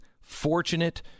fortunate